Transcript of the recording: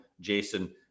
jason